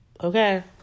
Okay